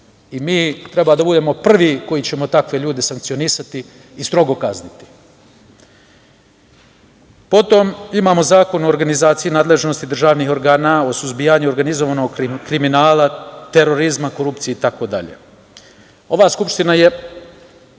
Mi treba da budemo prvi koji ćemo takve ljude sankcionisati i strogo kazniti. Potom, imamo Zakon o organizaciji nadležnosti državnih organa u suzbijanju organizovanog kriminala, terorizma, korupcije, itd. Ova skupština je